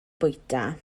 bwyta